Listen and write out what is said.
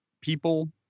people